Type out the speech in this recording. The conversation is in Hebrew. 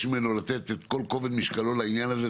ממנו לתת את כל כובד משקלו לעניין הזה.